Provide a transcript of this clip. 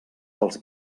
dels